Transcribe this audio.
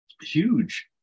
huge